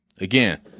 again